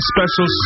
Special